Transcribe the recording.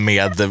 Med